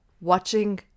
watching